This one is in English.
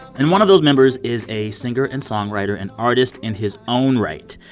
and one of those members is a singer and songwriter and artist in his own right.